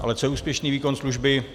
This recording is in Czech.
Ale co je úspěšný výkon služby?